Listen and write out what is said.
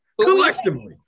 collectively